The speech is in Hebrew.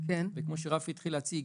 וכמו שרפי התחיל להציג,